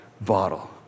bottle